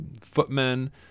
footmen